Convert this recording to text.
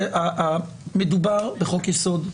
מדובר בחוק-יסוד,